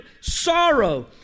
sorrow